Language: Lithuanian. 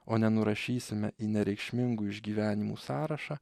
o ne nurašysime į nereikšmingų išgyvenimų sąrašą